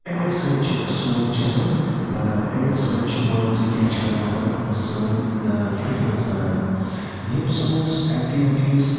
امے سۭتۍ چھُ سون جسم بَنان امے سۭتۍ چھُ مان ژٕ کیاہ چھِ اتھ وَنان سٲنٛۍ فِٹنیٚس بَنان یِم سپوٹس ایٚکٹِوِٹیٖز